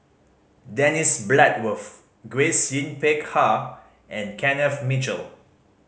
Dennis Bloodworth Grace Yin Peck Ha and Kenneth Mitchell